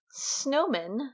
Snowmen